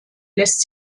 lässt